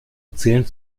zählen